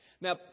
Now